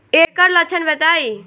एकर लक्षण बताई?